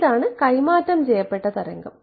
ഇതാണ് കൈമാറ്റം ചെയ്യപ്പെട്ട തരംഗം